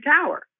tower